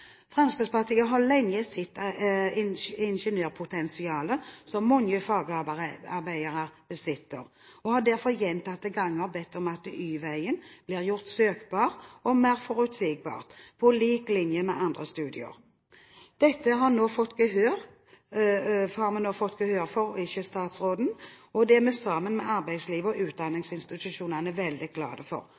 Fremskrittspartiet har lenge sett ingeniørpotensialet som mange fagarbeidere besitter, og har derfor gjentatte ganger bedt om at Y-veien blir gjort søkbar og mer forutsigbar, på lik linje med andre studier. Dette har vi nå fått gehør for hos statsråden, og det er vi sammen med arbeidslivet og utdanningsinstitusjonene veldig glad for. Vi har store forventninger til at det allerede fra våren av blir gjort gjeldende. Fremskrittspartiet er